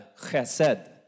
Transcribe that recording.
chesed